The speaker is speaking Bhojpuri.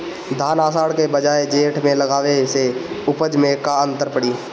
धान आषाढ़ के बजाय जेठ में लगावले से उपज में का अन्तर पड़ी?